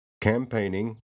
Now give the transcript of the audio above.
campaigning